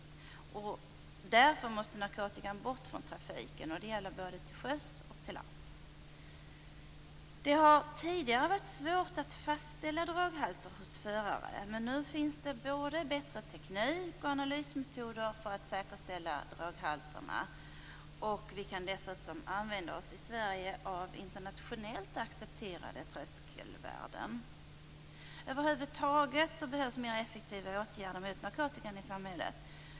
Därför måste narkotikan bort från trafiken. Det gäller både till sjöss och till lands. Det har tidigare varit svårt att fastställa droghalter hos förarna. Men nu finns det både bättre teknik och analysmetoder för att säkerställa droghalterna. Vi kan i Sverige dessutom använda oss av internationellt accepterade tröskelvärden. Över huvud taget behövs mer effektiva åtgärder mot narkotikan i samhället.